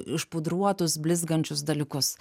išpudruotus blizgančius dalykus